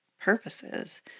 purposes